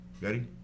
Ready